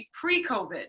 pre-COVID